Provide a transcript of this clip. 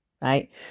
right